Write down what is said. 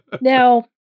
Now